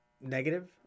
negative